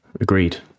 agreed